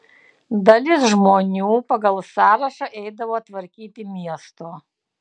dalis žmonių pagal sąrašą eidavo tvarkyti miesto